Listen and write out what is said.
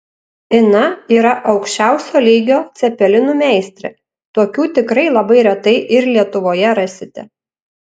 ina yra aukščiausio lygio cepelinų meistrė tokių tikrai labai retai ir lietuvoje rasite